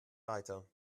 weiter